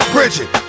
Bridget